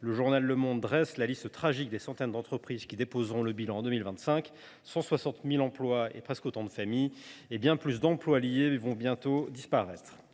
Le journal dresse la liste tragique des centaines d’entreprises qui déposeront le bilan en 2025. Ainsi, 160 000 emplois, et presque autant de familles, et bien plus d’emplois liés, vont bientôt disparaître.